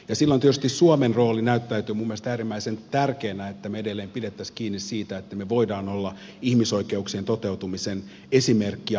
silloin tietysti suomen rooli näyttäytyy minun mielestäni äärimmäisen tärkeänä siinä että me edelleen pitäisimme kiinni siitä että me voimme olla ihmisoikeuksien toteutumisen esimerkki ja mallimaa